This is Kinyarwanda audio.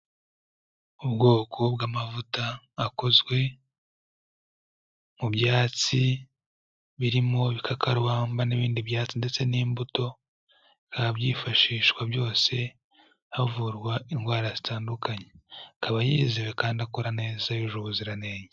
Ubwoko bw'amavuta akozwe mu byatsi birimo ibikakarubamba n'ibindi byatsi ndetse n'imbuto, bikaba byifashishwa byose havurwa indwara zitandukanye, akaba yizera kandi akora neza yujuje ubuziranenge.